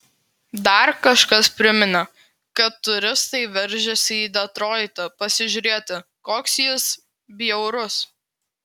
dar kažkas priminė kad turistai veržiasi į detroitą pasižiūrėti koks jis bjaurus